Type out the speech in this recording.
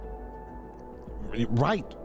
Right